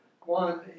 One